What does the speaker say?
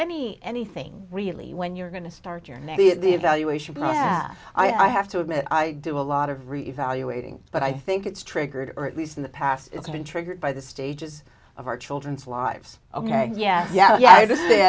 any anything really when you're going to start your neck the evaluation but i have to admit i do a lot of reevaluating but i think it's triggered or at least in the past it's been triggered by the stage as of our children's lives ok yeah yeah yeah yeah